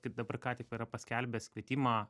kaip dabar ką tik yra paskelbęs kvietimą